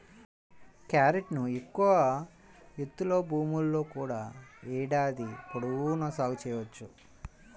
క్యారెట్ను ఎక్కువ ఎత్తులో భూముల్లో కూడా ఏడాది పొడవునా సాగు చేయవచ్చు